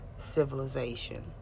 civilization